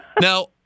Now